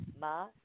ma